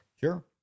Sure